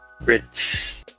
rich